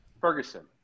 Ferguson